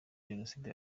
jenoside